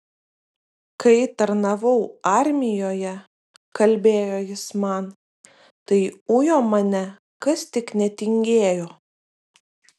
kai tarnavau armijoje kalbėjo jis man tai ujo mane kas tik netingėjo